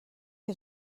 que